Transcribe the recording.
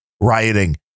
rioting